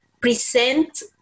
present